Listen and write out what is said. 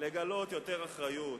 לגלות יותר אחריות,